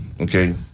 okay